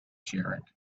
sharing